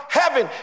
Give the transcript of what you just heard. heaven